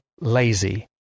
lazy